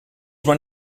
maar